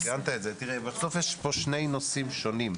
בסוף יש פה שני נושאים שונים.